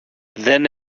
δεν